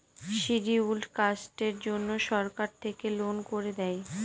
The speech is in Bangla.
শিডিউল্ড কাস্টের জন্য সরকার থেকে লোন করে দেয়